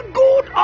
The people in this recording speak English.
good